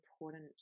important